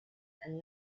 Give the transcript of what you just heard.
and